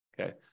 Okay